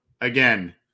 again